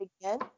again